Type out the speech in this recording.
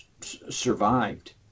survived